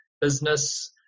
business